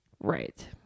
right